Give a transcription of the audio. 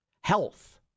Health